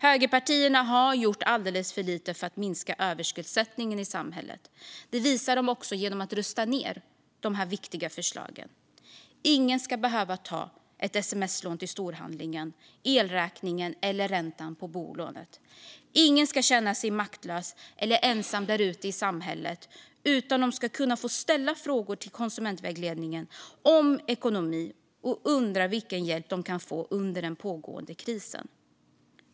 Högerpartierna har gjort alldeles för lite för att minska överskuldsättningen i samhället. Det visar de också genom att rösta ned de viktiga förslagen. Ingen ska behöva ta ett sms-lån till storhandlingen, elräkningen eller räntan på bolånet. Ingen ska känna sig maktlös eller ensam ute i samhället, utan man ska få ställa frågor till konsumentvägledningen om ekonomi och undra vilken hjälp man kan få under den pågående krisen.